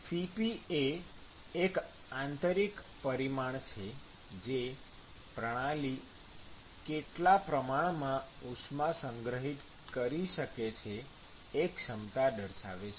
Cp એ એક આંતરિક પરિમાણ છે જે પ્રણાલી કેટલા પ્રમાણમાં ઉષ્મા સંગ્રહિત કરી શકે છે એ ક્ષમતા દર્શાવે છે